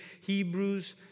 Hebrews